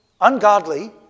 ungodly